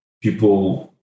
people